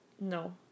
No